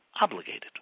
obligated